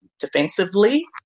defensively